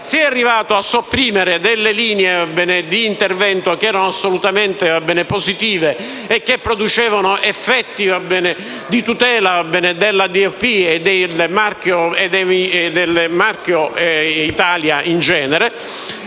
arrivati a sopprimere delle linee di intervento che erano assolutamente positive e che producevano effetti di tutela e promozione delle DOP e del marchio Italia in genere.